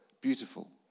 beautiful